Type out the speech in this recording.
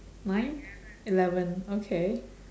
nine eleven okay